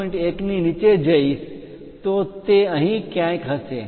1 ની નીચે જઈશ તો તે અહીં ક્યાંક હશે